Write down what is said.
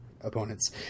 opponents